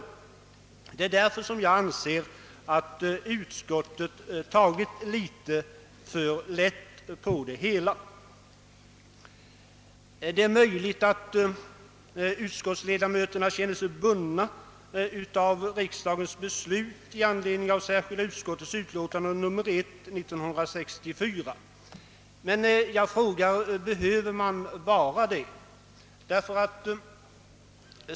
Det är därför jag anser att utskottet tagit litet för lätt på det hela. Det är möjligt att utskottsledamöterna känner sig bundna av riksdagens beslut i anledning av särskilda utskottets utlåtande nr 1 år 1964, men jag frågar: Behöver man vara det?